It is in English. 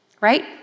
Right